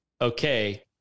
okay